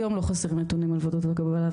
היום לא חסרים נתונים על ועדות הקבלה,